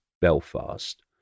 Belfast